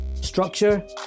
Structure